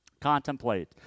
Contemplate